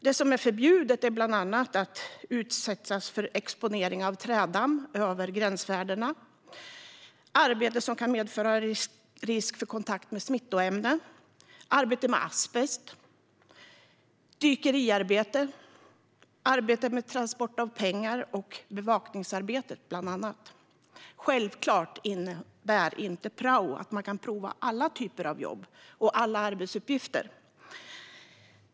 Det som är förbjudet är bland annat att utsättas för exponering av trädamm över gränsvärdet, arbete som kan medföra risk för kontakt med smittämnen, arbete med asbest, dykeriarbete, arbete med transport av pengar och bevakningsarbete. Prao innebär självklart inte att man kan prova alla typer av jobb och alla arbetsuppgifter.